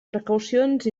precaucions